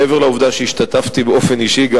מעבר לעובדה שהשתתפתי באופן אישי גם